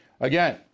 Again